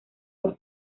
más